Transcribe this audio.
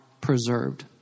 preserved